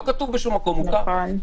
לא כתוב בשום מקום, מותר.